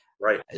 Right